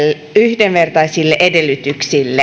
yhdenvertaisille edellytyksille